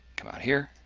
come out here,